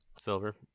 Silver